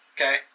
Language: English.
Okay